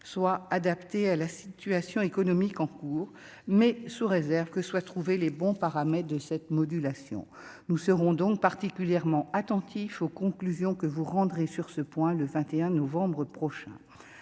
soit adapté à la situation économique en cours, mais sous réserve que soit trouvé les bons paramètres de cette modulation, nous serons donc particulièrement attentifs aux conclusions que vous rendrez sur ce point, le 21 novembre prochain